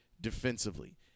defensively